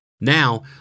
Now